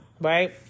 Right